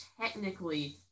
technically